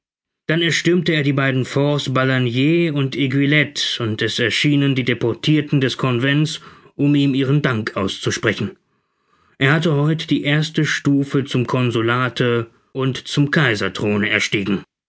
dann erstürmte er die beiden forts balagnier und eguillette und es erschienen die deputirten des convents um ihm ihren dank auszusprechen er hatte heut die erste große stufe zum consulate und zum kaiserthrone erstiegen